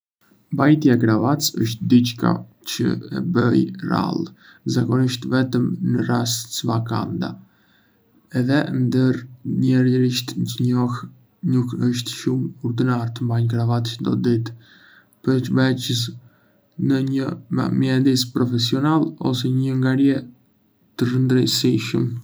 Mbajtja e kravatës është diçka që e bëj rrallë, zakonisht vetëm në raste të veçanta. Edhe ndër njerëzit që njoh, nuk është shumë urdënar të mbajnë kravatë çdo ditë, përveçse në një mjedis profesional ose në ngjarje të rëndësishme.